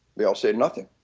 they all say nothing.